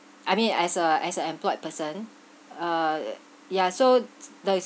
I mean as a as a employed person uh ya so the